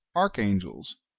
archangels,